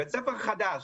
בית ספר חדש,